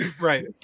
Right